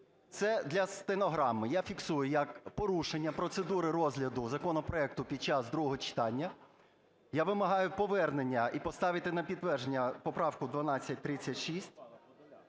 Це для стенограми я фіксую як порушення процедури розгляду законопроекту під час другого читання. Я вимагаю повернення і поставити на підтвердження поправку 1236.